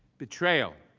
betrayal.